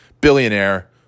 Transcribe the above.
billionaire